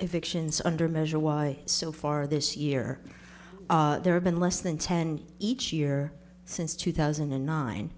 evictions under measure why so far this year there have been less than ten each year since two thousand and nine